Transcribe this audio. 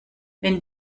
wenn